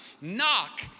Knock